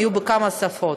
יהיה בכמה שפות.